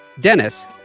Dennis